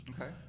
Okay